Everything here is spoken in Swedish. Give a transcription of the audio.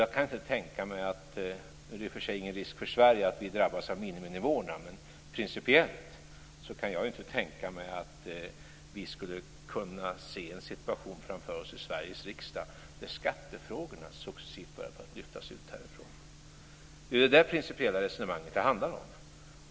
Jag kan inte tänka mig - det är i och för sig ingen risk för att Sverige drabbas av miniminivåerna - att vi skulle kunna se en situation framför oss i Sveriges riksdag där skattefrågorna successivt börjar lyftas ut härifrån. Det är det principiella resonemanget som det handlar om.